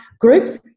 groups